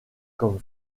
comme